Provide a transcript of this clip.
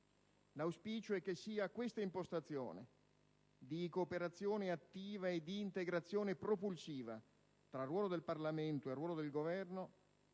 L'auspicio è che sia questa impostazione, di cooperazione attiva e di integrazione propulsiva tra ruolo del Parlamento e ruolo del Governo,